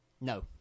No